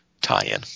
tie-in